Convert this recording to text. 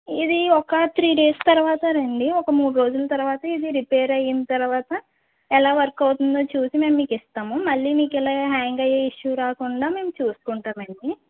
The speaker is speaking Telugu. ఇది ఒక త్రీ డేస్ తర్వాత రండి ఒక మూడు రోజుల తర్వాత ఇది రిపేర్ అయిన తర్వాత ఎలా వర్క్ అవుతుందో చూసి మేము మీకు ఇస్తాము మళ్ళీ మీకు ఇలా హ్యాంగ్ అయ్యే ఇష్యూ రాకుండా మేం చూసుకుంటామండి